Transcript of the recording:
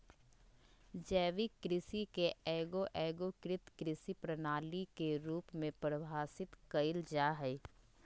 जैविक कृषि के एगो एगोकृत कृषि प्रणाली के रूप में परिभाषित कइल जा हइ